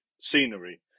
scenery